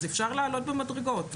אז אפשר לעלות במדרגות.